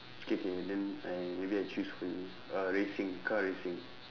K K then I maybe I choose for you uh racing car racing